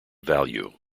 value